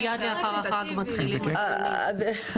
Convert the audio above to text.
מיד לאחר החג מתחילים הדיונים.